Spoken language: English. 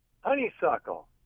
Honeysuckle